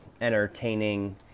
entertaining